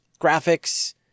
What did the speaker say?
graphics